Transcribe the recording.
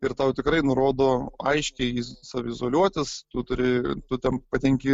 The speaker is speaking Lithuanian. ir tau tikrai nurodo aiškiai saviizoliuotis tu turi tu ten patenki